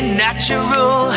natural